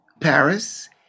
Paris